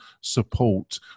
support